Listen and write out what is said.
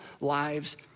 lives